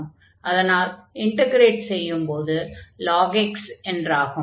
அதனால் இன்டக்ரேட் செய்யும் போது lnx என்றாகும்